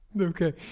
Okay